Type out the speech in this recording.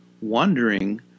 wondering